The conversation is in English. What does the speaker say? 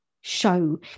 show